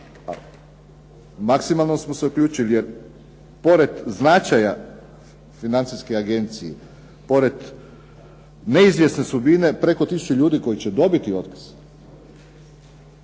maksimalno smo se uključili jer pored značaja financijske agencije, pored neizvjesne sudbine preko tisuću ljudi koji će dobiti otkaz